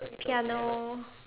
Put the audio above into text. piano